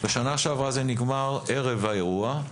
בשנה שעברה זה נגמר בערב האירוע,